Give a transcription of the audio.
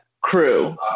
crew